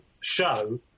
show